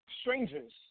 strangers